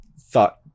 thought